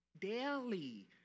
daily